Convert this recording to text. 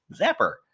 Zapper